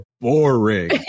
boring